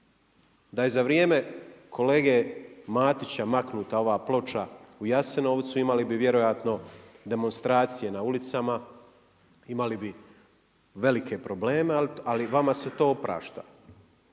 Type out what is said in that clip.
Da je za vrijeme kolege Matića maknuta ova ploča u Jasenovcu, imali bi vjerojatno demonstracije na ulicama, imali bi velike probleme, ali vama se to oprašta.